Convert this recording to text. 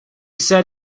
said